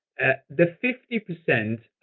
the fifty percent